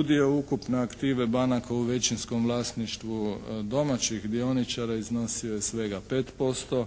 udio ukupne aktive banaka u većinskom vlasništvu domaćih dioničara iznosio je svega 5%,